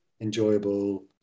enjoyable